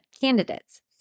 candidates